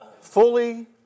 Fully